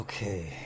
Okay